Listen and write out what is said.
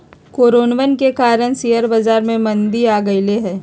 कोरोनवन के कारण शेयर बाजार में मंदी आ गईले है